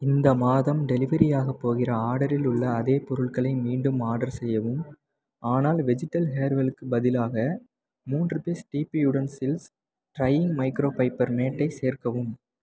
இந்த மாதம் டெலிவரியாகப் போகிற ஆர்டரில் உள்ள அதே பொருட்களை மீண்டும் ஆர்டர் செய்யவும் ஆனால் வெஜிடல் ஹேர்வெல்க்கு பதிலாக மூன்று பீஸ் டிபி யுடன்சில்ஸ் ட்ரையிங் மைக்ரோஃபைபர் மேட்டை சேர்க்கவும்